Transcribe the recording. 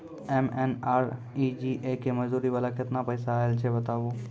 MNREGA के मज़दूरी वाला केतना पैसा आयल छै बताबू?